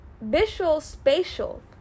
visual-spatial